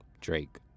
Drake